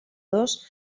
dos